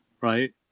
right